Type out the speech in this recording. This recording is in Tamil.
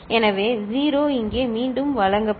எனவே 0 இங்கே மீண்டும் வழங்கப்படும்